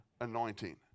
anointing